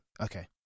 Okay